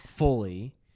Fully